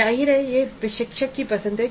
जाहिर हैयह प्रशिक्षक की पसंद है